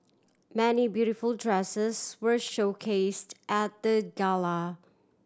many beautiful dresses were showcased at the gala